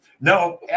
No